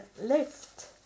left